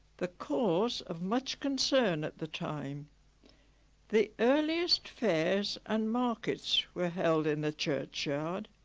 the cause of much concern at the time the earliest fairs and markets were held in the churchyard,